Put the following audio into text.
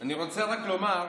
אני רוצה רק לומר,